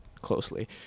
closely